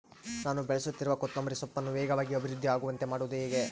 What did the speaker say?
ನಾನು ಬೆಳೆಸುತ್ತಿರುವ ಕೊತ್ತಂಬರಿ ಸೊಪ್ಪನ್ನು ವೇಗವಾಗಿ ಅಭಿವೃದ್ಧಿ ಆಗುವಂತೆ ಮಾಡುವುದು ಹೇಗೆ?